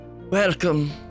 welcome